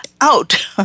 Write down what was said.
out